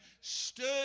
stood